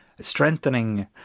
strengthening